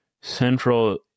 central